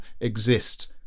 exist